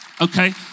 Okay